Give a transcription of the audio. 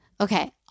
Okay